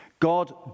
God